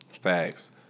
Facts